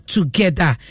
Together